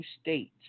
state's